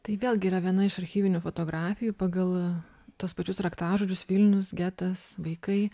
tai vėlgi yra viena iš archyvinių fotografijų pagal tuos pačius raktažodžius vilnius getas vaikai